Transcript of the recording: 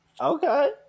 Okay